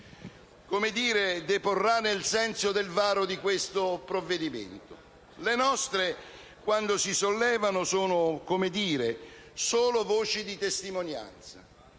numeri deporrà nel senso del varo di questo provvedimento. Le nostre, quando si sollevano, sono solo voci di testimonianza,